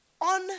On